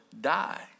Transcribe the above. die